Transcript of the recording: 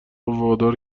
وادار